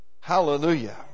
Hallelujah